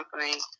company